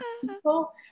people